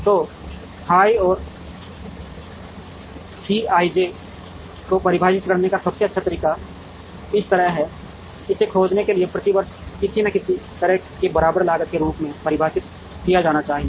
तो फाई और C I J को परिभाषित करने का सबसे अच्छा तरीका इस तरह है इसे खोजने में प्रति वर्ष किसी न किसी तरह की बराबर लागत के रूप में परिभाषित किया जाना चाहिए